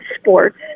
sports